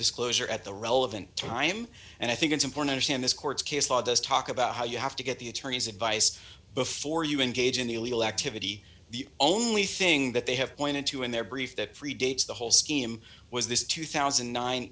disclosure at the relevant time and i think it's important in this court case law does talk about how you have to get the attorney's advice before you engage in illegal activity the only thing that they have pointed to in their brief that predates the whole scheme was this two thousand